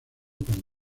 con